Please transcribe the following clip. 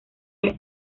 fue